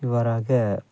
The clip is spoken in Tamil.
இவ்வாறாக